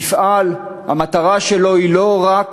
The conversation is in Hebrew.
מפעל, המטרה שלו היא לא רק